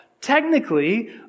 Technically